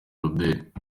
robert